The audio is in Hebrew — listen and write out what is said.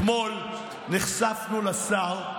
אתמול נחשפנו לשר,